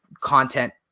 content